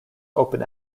open